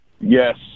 Yes